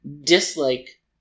dislike